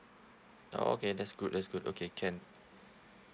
okay that's good that's good okay can